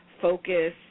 focus